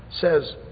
says